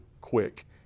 quick